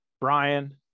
Brian